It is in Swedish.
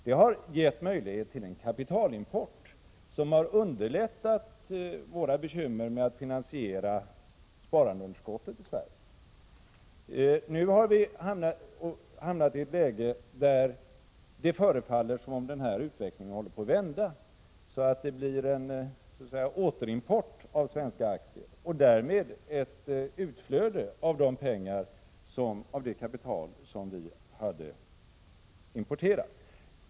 Det har gett möjligheter till en kapitalimport som har underlättat våra bekymmer med att finansiera sparandeunderskottet i Sverige. Nu har vi hamnat i ett läge där det förefaller som om utvecklingen håller på att vända så, att det blir en återimport av svenska aktier och därmed ett utflöde av det kapital som vi har importerat.